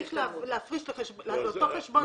לאותו חשבון צריך להפריש גם את כספי ההשתלמות.